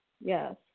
Yes